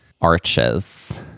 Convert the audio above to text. arches